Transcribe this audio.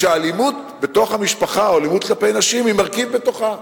כשהאלימות בתוך המשפחה או האלימות כלפי נשים היא מרכיב בתוכה?